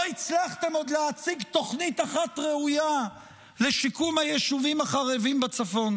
עוד לא הצלחתם להציג תוכנית אחת ראויה לשיקום היישובים החרבים בצפון.